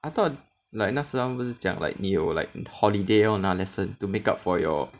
I thought like 那时他们不是讲 like 你有 like holiday lor 拿 lesson to make up for your